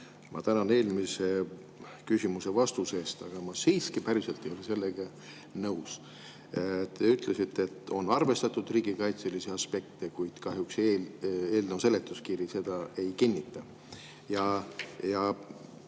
ma tänan eelmise küsimuse vastuse eest, aga ma siiski päriselt ei ole sellega nõus. Te ütlesite, et on arvestatud riigikaitselisi aspekte, kuid kahjuks eelnõu seletuskiri seda ei kinnita. Ja